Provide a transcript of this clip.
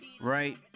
Right